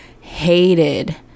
hated